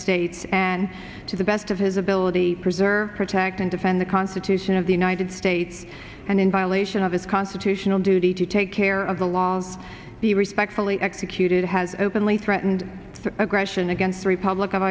states and to the best of his ability preserve protect and defend the constitution of the united states and in violation of his constitutional duty to take care of the law the respectfully executed has openly threatened aggression against the republic of